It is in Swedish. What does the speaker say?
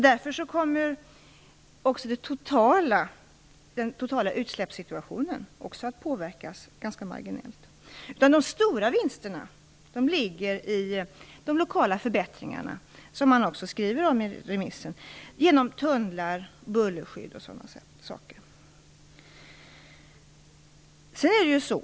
Därför kommer också den totala utsläppssituationen att påverkas ganska marginellt. De stora vinsterna ligger i de lokala förbättringarna som åstadkommes genom byggandet av bl.a. tunnlar och bullerskydd, vilket också skrivs i remissyttrandet.